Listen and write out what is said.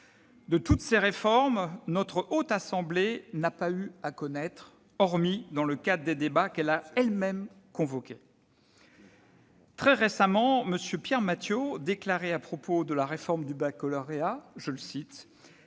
De toutes ces réformes, la Haute Assemblée n'a pas eu à connaître, hormis dans le cadre des débats qu'elle a elle-même convoqués. Très récemment, M. Pierre Mathiot déclarait à propos de la réforme du baccalauréat :« C'est